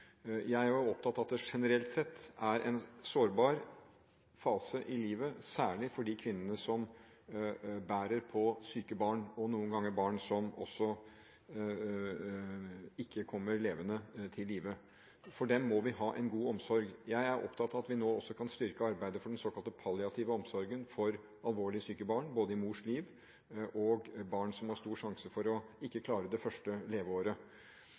Jeg er opptatt av at det generelt sett er en sårbar fase i livet, særlig for de kvinnene som bærer på syke barn, og noen ganger barn som ikke kommer levende til verden. For dem må vi ha en god omsorg. Jeg er opptatt av at vi nå også kan styrke arbeidet for den såkalte palliative omsorgen for alvorlig syke barn, både barn i mors liv og barn som har stor risiko for ikke å klare det første leveåret.